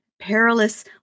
perilous